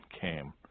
came